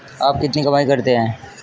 आप कितनी कमाई करते हैं?